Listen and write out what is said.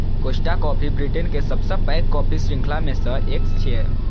Costa coffee Britain के सबसं पैघ कॉफी शृंखला मे सं एक छियै